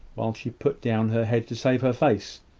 while she put down her head to save her face,